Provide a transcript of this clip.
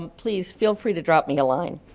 um please feel free to drop me a line.